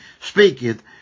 speaketh